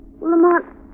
Lamont